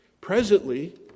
Presently